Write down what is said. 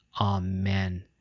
amen